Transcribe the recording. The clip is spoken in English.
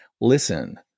listen